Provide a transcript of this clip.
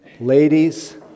Ladies